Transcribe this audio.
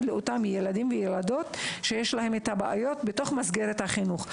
לאותם ילדים וילדות שיש להם בעיות בתוך מסגרת החינוך,